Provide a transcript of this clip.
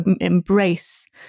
embrace